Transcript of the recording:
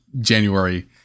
January